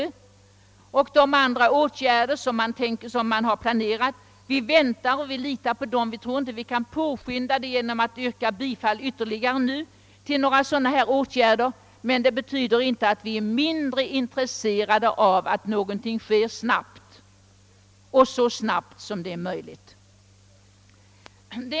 Vi tror inte vi kan påskynda utvecklingen genom att yrka bifall till de förslag om åtgärder som förordas i motionen. Men det betyder inte att vi är mindre intresserade av att någonting sker snabbt och så snabbt som möjligt.